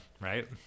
right